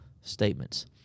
statements